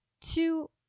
Two